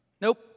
Nope